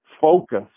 focus